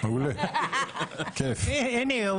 אני יכול